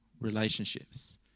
relationships